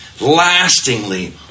lastingly